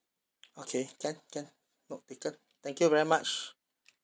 okay can can no because thank you very much